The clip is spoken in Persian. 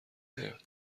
نیاد